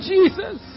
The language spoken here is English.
Jesus